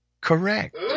correct